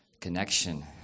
Connection